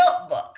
notebook